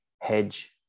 hedge